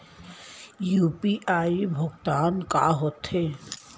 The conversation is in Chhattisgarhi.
यू.पी.आई भुगतान का होथे?